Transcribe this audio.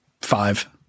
Five